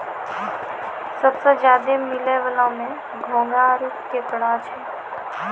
सबसें ज्यादे मिलै वला में घोंघा आरो केकड़ा छै